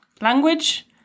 language